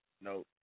no